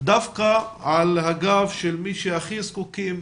דווקא על הגב של מי שהכי זקוקים